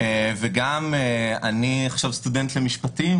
וגם אני עכשיו סטודנט למשפטים,